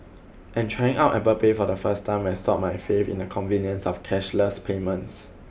and trying out Apple Pay for the first time restored my faith in the convenience of cashless payments